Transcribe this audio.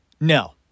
No